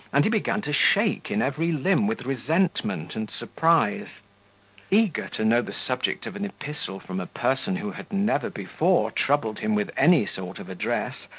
and he began to shake in every limb with resentment and surprise eager to know the subject of an epistle from a person who had never before troubled him with any sort of address,